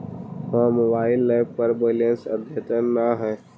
हमर mobile app पर हमर बैलेंस अद्यतन ना हई